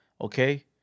okay